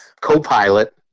co-pilot